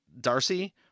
darcy